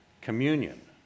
communion